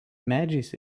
medžiais